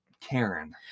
Karen